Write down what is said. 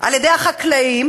על-ידי החקלאים